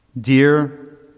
dear